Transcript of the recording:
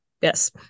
yes